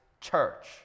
church